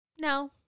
No